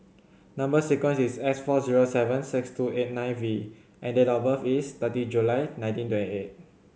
number sequence is S four zero seven six two eight nine V and date of birth is thirty July nineteen twenty eight